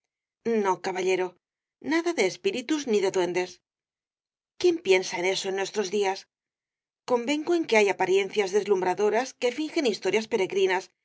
no caballero nada de espíritus ni de duendes quién piensa en eso en nuestros días convengo en que hay apariencias deslumbradoras que fingen historias peregrinas